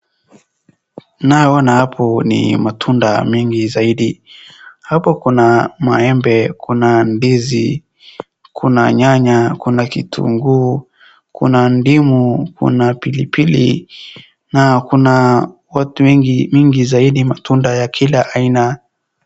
Ninaye ona hapo ni matunda mengi zaidi. Hapo kuna maembe, kuna ndizi, kuna nyanya, kuna kitunguu, kuna ndimu, kuna pilipili na kuna watu wengi mingi zaidi matunda ya kila aina.